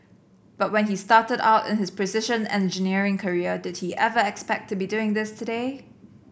but when he started out in his precision engineering career did he ever expect to be doing this today